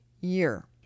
year